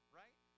right